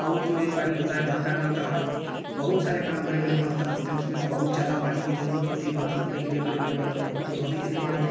और जो ये पानी होता है घर का नल का पानी बहुत सारे काम बड़े बड़े बर्तन होते हैं उसमे तो बहुत ज़्यादा पानी की ज़रूरत होती है बर्तन धोने के लिए बड़े बड़े बर्तनों को तो धोने के लिए बड़े